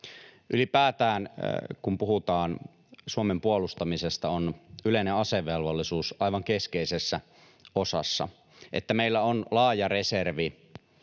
Ylipäätään, kun puhutaan Suomen puolustamisesta, on yleinen asevelvollisuus aivan keskeisessä osassa, että meillä on laaja reservi,